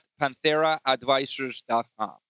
pantheraadvisors.com